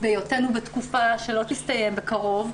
בהיותנו בתקופה שלא תסתיים בקרוב,